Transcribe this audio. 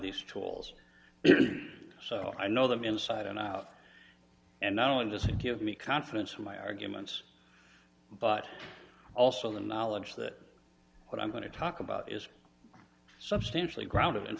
these tools so i know them inside and out and not only does it give me confidence in my arguments but also the knowledge that what i'm going to talk about is substantially ground